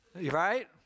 right